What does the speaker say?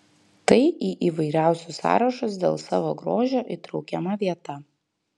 tai į įvairiausius sąrašus dėl savo grožio įtraukiama vieta